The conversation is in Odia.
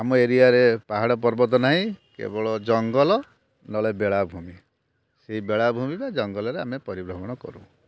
ଆମ ଏରିଆରେ ପାହାଡ଼ ପର୍ବତ ନାହିଁ କେବଳ ଜଙ୍ଗଲ ନହେଲେ ବେଳାଭୂମି ସେଇ ବେଳାଭୂମି ବା ଜଙ୍ଗଲରେ ଆମେ ପରିଭ୍ରମଣ କରୁ